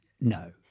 no